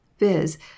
viz